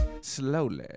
Slowly